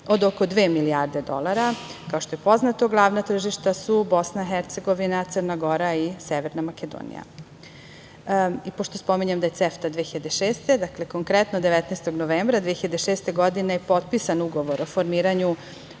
od oko dve milijarde dolara. Kao što je poznato, glavna tržišta su Bosna i Hercegovina, Crna Gora i Severna Makedonija. Pošto spominjem da je CEFTA 2006, dakle, konkretno 19. novembra 2006. godine je potpisan Ugovor o formiranju